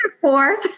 fourth